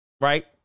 Right